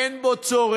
אין בו צורך,